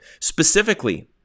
Specifically